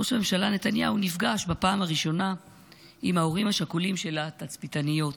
ראש הממשלה נתניהו נפגש בפעם הראשונה עם ההורים השכולים של התצפיתניות,